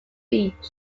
reached